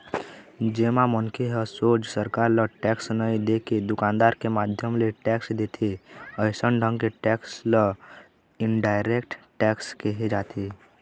जेमा मनखे ह सोझ सरकार ल टेक्स नई देके दुकानदार के माध्यम ले टेक्स देथे अइसन ढंग के टेक्स ल इनडायरेक्ट टेक्स केहे जाथे